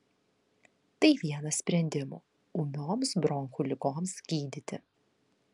tai vienas sprendimų ūmioms bronchų ligoms gydyti